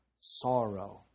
sorrow